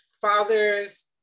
father's